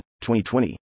2020